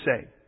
say